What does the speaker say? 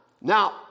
Now